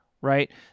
right